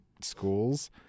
schools